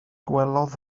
gwelodd